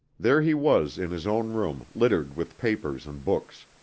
there he was in his own room littered with papers and books.